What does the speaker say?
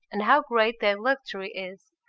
and how great that luxury is!